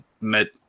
met